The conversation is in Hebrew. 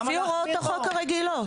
לפי הוראות החוק הרגילות.